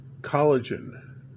collagen